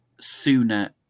sooner